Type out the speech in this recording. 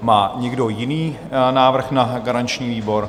Má někdo jiný návrh na garanční výbor?